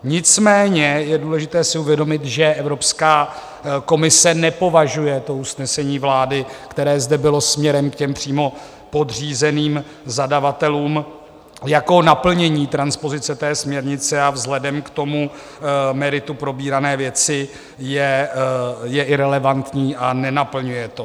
Nicméně je důležité si uvědomit, že Evropská komise nepovažuje usnesení vlády, které zde bylo směrem k přímo podřízeným zadavatelům jako naplnění transpozice směrnice a vzhledem k meritu probírané věci je irelevantní a nenaplňuje to.